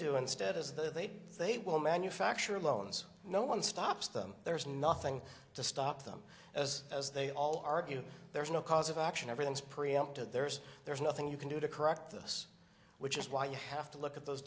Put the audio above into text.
do instead is that they do they will manufacture loans no one stops them there's nothing to stop them as as they all argue there's no cause of action everything's preempted there's there's nothing you can do to correct this which is why you have to look at those